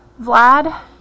Vlad